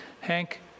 Hank